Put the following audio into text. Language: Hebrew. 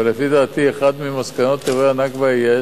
אבל לפי דעתי אחת ממסקנות אירועי הנכבה תהיה,